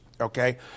okay